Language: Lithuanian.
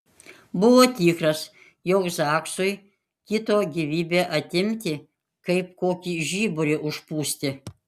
buvo tikras jog zaksui kito gyvybę atimti kaip kokį žiburį užpūsti